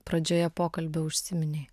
pradžioje pokalbio užsiminei